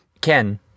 Ken